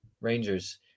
Rangers